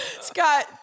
Scott